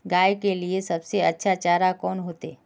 गाय के लिए सबसे अच्छा चारा कौन होते?